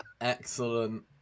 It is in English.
excellent